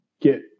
get